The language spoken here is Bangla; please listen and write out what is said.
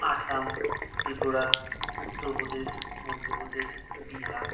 আসাম ত্রিপুরা উত্তরপ্রদেশ মধ্যপ্রদেশ বিহার